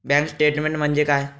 Bank statement म्हणजे काय?